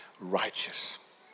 righteous